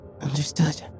Understood